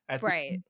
right